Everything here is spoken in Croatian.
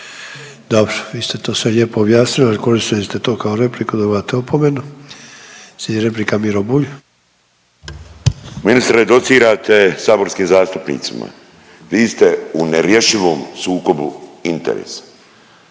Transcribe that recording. Dobro. Vi ste to sve lijepo objasnili ali koristili ste to kao repliku. Dobivate opomenu. Slijedi replika Miro Bulj. **Bulj, Miro (MOST)** Ministre docirate saborskim zastupnicima. Vi ste u nerješivom sukobu interesa.